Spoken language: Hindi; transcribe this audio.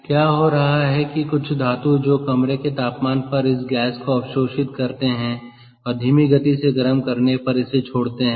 क्या हो रहा है कि कुछ धातु जो कमरे के तापमान पर इस गैस को अवशोषित करते हैं और धीमी गति से गर्म करने पर इसे छोड़ते हैं